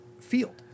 field